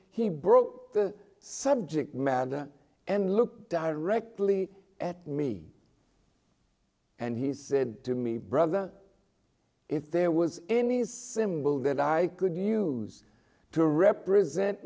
he broke the subject matter and looked directly at me and he said to me brother if there was any symbol that i could use to represent